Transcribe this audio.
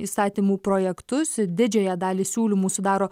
įstatymų projektus didžiąją dalį siūlymų sudaro